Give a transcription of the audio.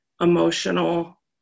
emotional